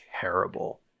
terrible